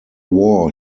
war